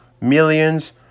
millions